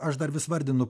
aš dar vis vardinu